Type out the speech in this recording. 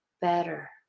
better